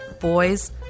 boys